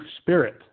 spirit